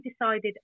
decided